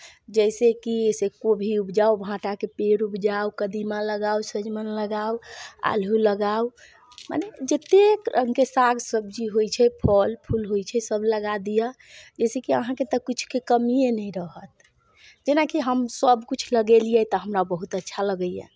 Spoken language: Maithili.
जैसेकि से कोबी उपजाउ भाँटाके पेड़ उपजाउ कदीमा लगाउ सजमनि लगाउ आलू लगाउ मने जतेक रङ्गके साग सब्जी होइत छै फल फूल होइत छै सभ लगा दिअ जैसेकि अहाँकेँ तऽ किछुके कमिए नहि रहत जेनाकि हम सभकिछु लगेलियै तऽ हमरा बहुत अच्छा लगैए